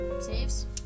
Saves